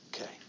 Okay